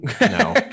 No